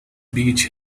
beach